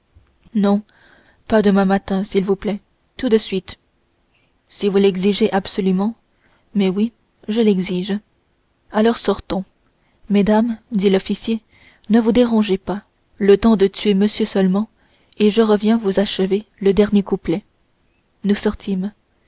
non pas demain matin s'il vous plaît tout de suite si vous l'exigez absolument mais oui je l'exige alors sortons mesdames dit l'officier ne vous dérangez pas le temps de tuer monsieur seulement et je reviens vous achever le dernier couplet nous sortîmes